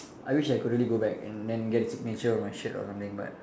I wish I could really go back and then get his signature on my shirt or something but